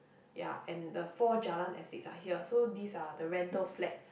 ya and the four Jalan estates are here so these are the rental flats